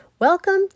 Welcome